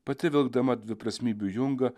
pati vilkdama dviprasmybių jungą